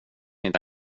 inte